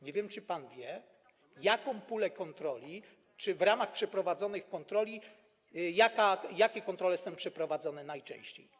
Nie wiem, czy pan wie, jaką pulę kontroli... w ramach przeprowadzonych kontroli jakie kontrole są przeprowadzane najczęściej?